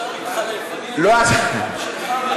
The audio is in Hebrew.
אפשר להתחלף: אני אקרא את הנאום שלך ואתה,